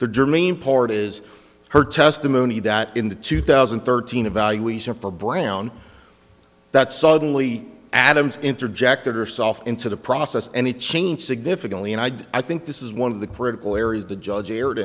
the germane part is her testimony that in the two thousand and thirteen evaluator for brown that suddenly adams interjected herself into the process and it changed significantly and i'd i think this is one of the critical areas the judge erred